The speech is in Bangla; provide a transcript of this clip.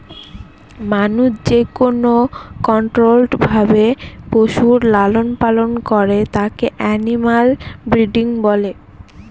মানুষ যেকোনো কন্ট্রোল্ড ভাবে পশুর লালন পালন করে তাকে এনিম্যাল ব্রিডিং বলে